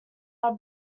are